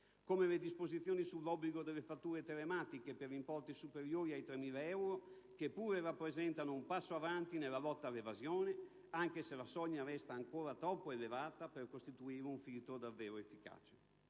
Come le disposizioni sull'obbligo delle fatture telematiche per importi superiori a 3.000 euro, che pure rappresentano un passo avanti nella lotta all'evasione, anche se la soglia resta ancora troppo elevata per costituire un filtro davvero efficace.